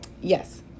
Yes